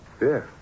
Yes